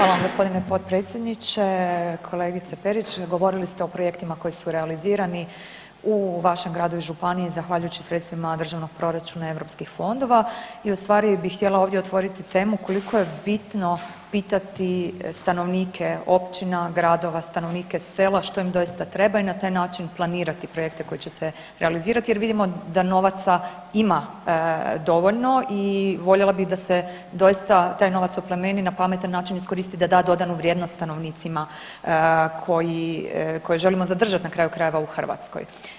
Hvala vam gospodine potpredsjedniče, kolegice Perić govorili ste o projektima koji su realizirani u vašem gradu i županiji zahvaljujući sredstvima državnog proračuna europskih fondova, i u stvari bi ovdje htjela otvoriti temu koliko je bitno pitati stanovnike općina, gradova, stanovnike sela što im doista treba i na taj način planirati projekte koji će se realizirati jer vidimo da novaca ima dovoljno i voljela bi da se doista taj novac oplemeni i na pametan način iskoristi, da da dodanu vrijednost stanovnicima koji, koje želimo zadržati na kraju krajeva u Hrvatskoj.